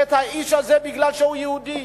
את האיש הזה כי הוא יהודי.